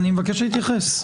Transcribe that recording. אני מבקש להתייחס.